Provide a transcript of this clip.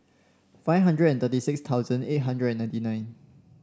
five hundred and thirty six thousand eight hundred and ninety nine